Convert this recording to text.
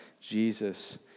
Jesus